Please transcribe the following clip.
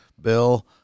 Bill